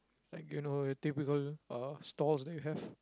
like you know your typical uh stalls that you have